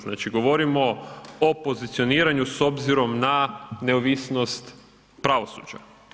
Znači govorimo o pozicioniranju s obzirom na neovisnost pravosuđa.